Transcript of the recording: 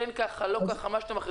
כן ככה, לא ככה, מה שאתה מחליט.